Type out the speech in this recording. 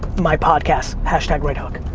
my podcast righthook.